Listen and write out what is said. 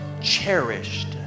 cherished